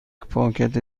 پاکت